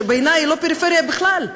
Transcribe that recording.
שבעיני היא לא פריפריה בכלל.